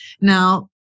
Now